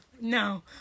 no